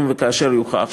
אם וכאשר יוכח,